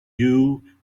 you